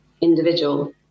individual